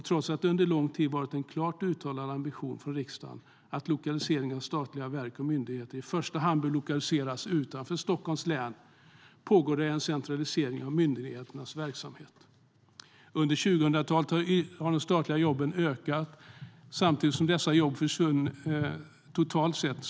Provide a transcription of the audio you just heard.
Trots att det under lång tid varit en klart uttalad ambition från riksdagen att statliga verk och myndigheter i första hand bör lokaliseras utanför Stockholms län pågår det en centralisering av myndigheternas verksamheter. Under 2000-talet har de statliga jobben ökat totalt sett.